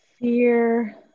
Fear